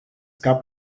gab